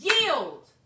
Yield